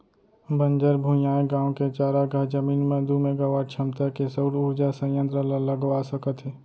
बंजर भुइंयाय गाँव के चारागाह जमीन म दू मेगावाट छमता के सउर उरजा संयत्र ल लगवा सकत हे